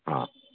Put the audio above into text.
हा